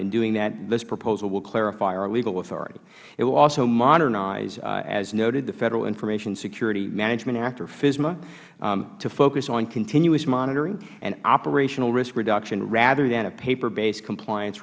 in doing that and this proposal will clarify our legal authority it will also modernize as noted the federal information security management act fisma to focus on continuous monitoring and operational risk reduction rather than a paper based compliance